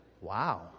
Wow